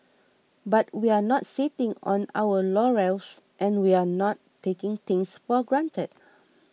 but we're not sitting on our laurels and we're not taking things for granted